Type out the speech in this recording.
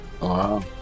Wow